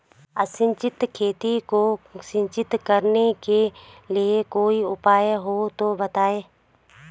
असिंचित खेती को सिंचित करने के लिए कोई उपाय हो तो बताएं?